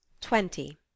Twenty